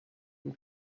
from